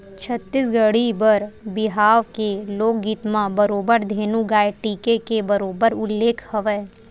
छत्तीसगढ़ी बर बिहाव के लोकगीत म बरोबर धेनु गाय टीके के बरोबर उल्लेख हवय